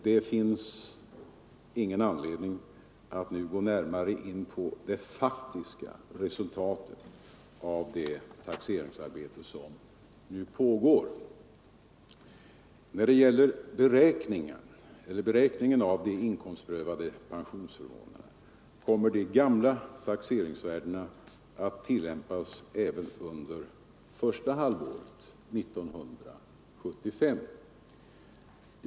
Det finns ingen anledning att nu gå närmare in på det faktiska resultatet av det taxeringsarbete som nu pågår. När det gäller beräkningen av de inkomstprövade pensionsförmånerna kommer de gamla taxeringsvärdena att tillämpas även under första halvåret 1975.